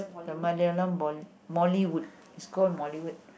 the Malayalam bol~ Mollywood is call Mollywood